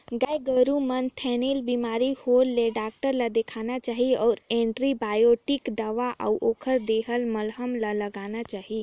गाय गोरु के म थनैल बेमारी होय ले डॉक्टर ल देखाना चाही अउ एंटीबायोटिक दवा अउ ओखर देहल मलहम ल लगाना चाही